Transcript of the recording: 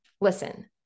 Listen